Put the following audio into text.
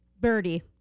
Birdie